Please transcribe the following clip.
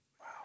Wow